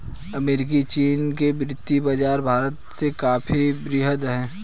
America चीन के वित्तीय बाज़ार भारत से काफी वृहद हैं